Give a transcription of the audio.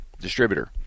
distributor